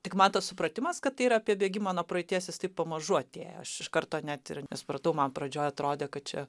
tik man tas supratimas kad tai yra apie bėgimą nuo praeities jis taip pamažu atėjo aš iš karto net ir nesupratau man pradžioj atrodė kad čia